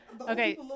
okay